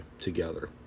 together